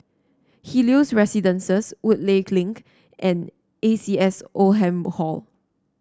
Helios Residences Woodleigh Link and A C S Oldham Hall